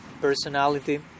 personality